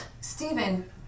Stephen